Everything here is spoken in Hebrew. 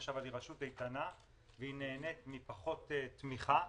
5 אבל היא רשות איתנה והיא נהנית מפחות תמיכה.